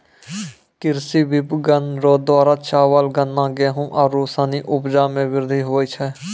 कृषि विपणन रो द्वारा चावल, गन्ना, गेहू आरू सनी उपजा मे वृद्धि हुवै छै